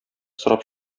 сорап